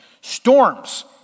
storms